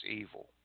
evil